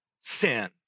sin